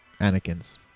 anakins